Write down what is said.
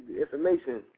information